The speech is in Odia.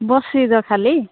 ବସିଛ ଖାଲି